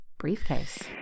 briefcase